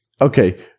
Okay